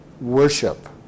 worship